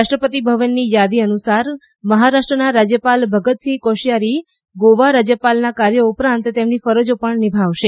રાષ્ટ્રપતિ ભવનની યાદી અનુસાર મહારાષ્ટ્રના રાજ્યપાલ ભગતસિંહ કોશ્યારી ગોવા રાજ્યપાલના કાર્યો ઉપરાંત તેમની ફરજો પણ નિભાવશે